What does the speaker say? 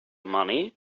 money